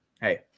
hey